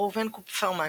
ראובן קופפרמן,